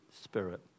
Spirit